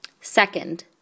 Second